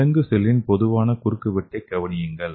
விலங்கு செல்லின் பொதுவான குறுக்குவெட்டைக் கவனியுங்கள்